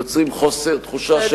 יוצרים תחושה של,